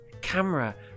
Camera